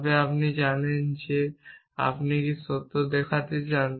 তবে আপনি জানেন যে আপনি কী সত্য দেখাতে চান